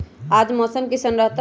आज मौसम किसान रहतै?